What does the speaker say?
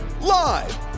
Live